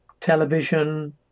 television